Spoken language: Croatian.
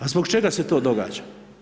A zbog čega se to događa?